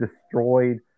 destroyed